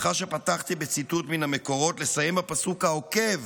מאחר שפתחתי בציטוט מן המקורות, לסיים בפסוק העוקב